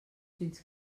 fins